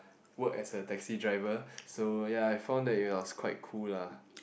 work as a taxi driver so ya I found that it was quite cool lah